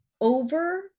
over